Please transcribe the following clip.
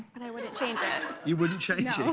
and i wouldn't change it? you wouldn't change so